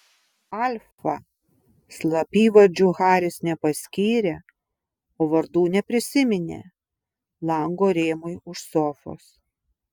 alfa slapyvardžių haris nepaskyrė o vardų neprisiminė lango rėmui už sofos